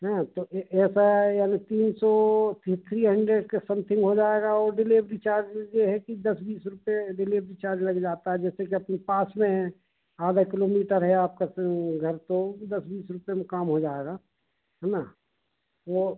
हैं तो ऐसा है याने तीन सौ थ्री हंड्रेड के समथिंग हो जाएगा और डिलेवरी चार्ज ये है कि दस बीस रुपए डिलीवरी चार्ज लग जाता है जैसे कि अपने पास में है आधा किलोमीटर है आपका घर तो दस बीस रुपए में काम हो जाएगा है ना तो